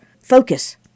focus